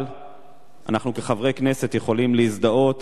אבל אנחנו כחברי כנסת יכולים להזדהות